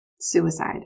suicide